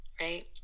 right